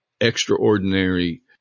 extraordinary